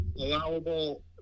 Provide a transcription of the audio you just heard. allowable